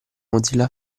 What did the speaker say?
mozilla